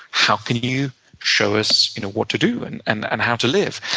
how can you show us you know what to do and and and how to live?